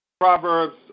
Proverbs